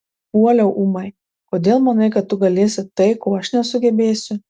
puoliau ūmai kodėl manai kad tu galėsi tai ko aš nesugebėsiu